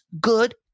good